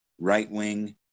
right-wing